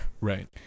Right